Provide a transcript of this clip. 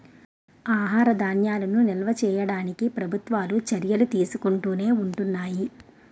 ఆహార ధాన్యాలను నిల్వ చేయడానికి ప్రభుత్వాలు చర్యలు తీసుకుంటునే ఉంటున్నాయి